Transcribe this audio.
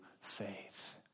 faith